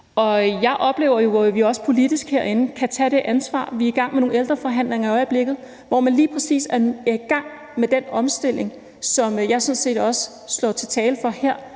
og jeg oplever jo også, at vi herinde politisk kan tage det ansvar. Vi er i øjeblikket i gang med nogle ældreforhandlinger, hvor man lige præcis også er i gang med den omstilling, som jeg sådan set også her slår til lyd for at vi